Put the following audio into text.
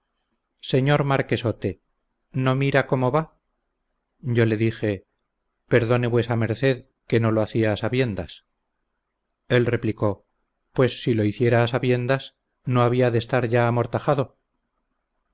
señor marquesote no mira cómo va yo le dije perdone vuesa merced que no lo hacía a sabiendas él replicó pues si lo hiciera a sabiendas no había de estar ya amortajado